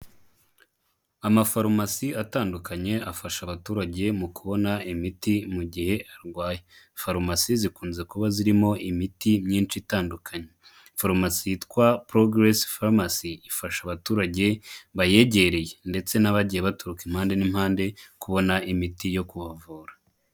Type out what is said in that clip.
Amafarumasi atandukanye afasha abaturage mu kubona imiti mu gihe arwaye, farumasi zikunze kuba zirimo imiti myinshi itandukanye. Farumasi yitwa porogeresi farumasi, ifasha abaturage bayegereye ndetse n'abagiye baturuka impande n'impande kubona imiti yo kubavura.